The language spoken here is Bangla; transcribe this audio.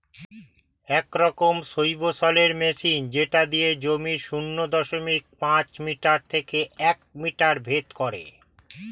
এক রকমের সবসৈলের মেশিন যেটা দিয়ে জমির শূন্য দশমিক পাঁচ মিটার থেকে এক মিটার ভেদ করে